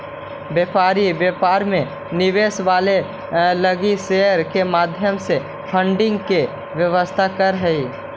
व्यापारी व्यापार में निवेश लावे लगी शेयर के माध्यम से फंडिंग के व्यवस्था करऽ हई